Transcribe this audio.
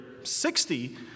60